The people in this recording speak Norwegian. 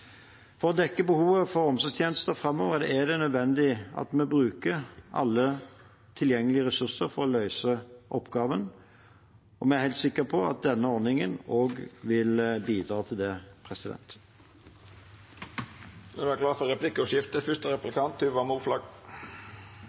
For å dekke behovet for omsorgstjenester framover er det nødvendig at vi bruker alle tilgjengelige ressurser for å løse oppgaven. Vi er helt sikre på at denne ordningen også vil bidra til det.